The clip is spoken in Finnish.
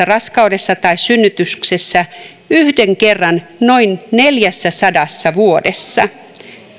raskauksissa tai synnytyksissä yhden kerran noin neljässäsadassa vuodessa